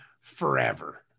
forever